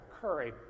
Curry